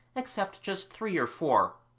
except just three or four,